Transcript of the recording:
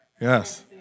yes